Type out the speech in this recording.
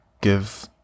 give